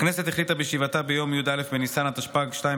הכנסת החליטה בישיבתה ביום י"א בניסן התשפ"ג,